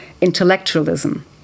intellectualism